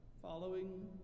Following